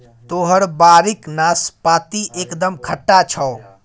तोहर बाड़ीक नाशपाती एकदम खट्टा छौ